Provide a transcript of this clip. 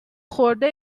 خورده